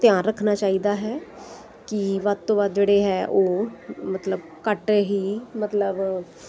ਧਿਆਨ ਰੱਖਣਾ ਚਾਹੀਦਾ ਹੈ ਕਿ ਵੱਧ ਤੋਂ ਵੱਧ ਜਿਹੜੇ ਹੈ ਉਹ ਮਤਲਬ ਘੱਟ ਹੀ ਮਤਲਬ